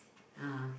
ah